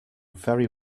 very